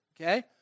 Okay